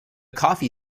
coffee